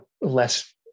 less